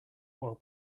while